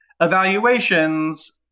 evaluations